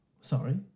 Sorry